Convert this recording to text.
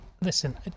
listen